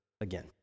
again